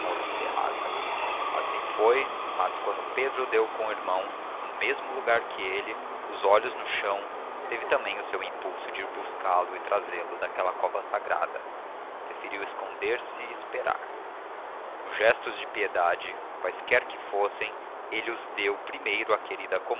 moça enterrada assim foi mas quando pedro deu com o irmão no mesmo lugar que ele os olhos no chão teve também o seu impulso de ir buscá-lo e trazê-lo daquela cova sagrada preferiu esconder-se e esperar os gestos de piedade quaisquer que fossem ele os deu primeiro à querida